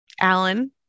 Alan